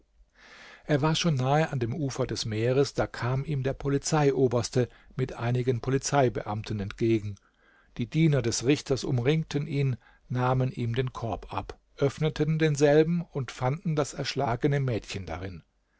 er war schon nahe an dem ufer des meeres da kam ihm der polizeioberste mit einigen polizeibeamten entgegen die diener des richters umringten ihn nahmen ihm den korb ab öffneten denselben und fanden das erschlagene mädchen darin